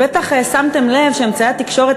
בטח שמתם לב שאמצעי התקשורת,